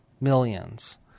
millions